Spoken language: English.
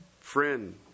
friend